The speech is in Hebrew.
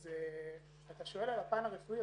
אתה שואל על הפן הרפואי,